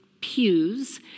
pews